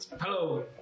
Hello